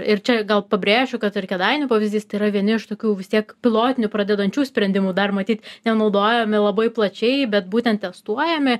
ir čia gal pabrėšiu kad ir kėdainių pavyzdys tėra vieni iš tokių vis tiek pilotinių pradedančių sprendimų dar matyt nenaudojami labai plačiai bet būtent testuojami